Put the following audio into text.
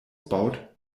baut